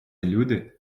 люди